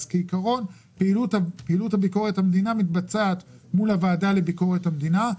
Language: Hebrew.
פעילות ביקורת המדינה מתבצעת מול הוועדה לביקורת המדינה.